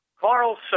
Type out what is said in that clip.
Carl